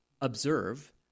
observe